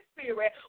Spirit